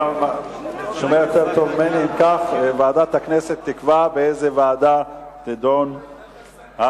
אם כך, ועדת הכנסת תקבע באיזה ועדה תידון ההצעה.